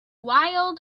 wild